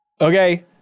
Okay